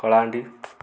Kalahandi